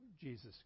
Jesus